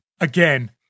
Again